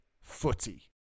footy